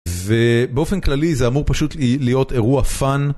ובאופן כללי זה אמור פשוט להיות אירוע פאן.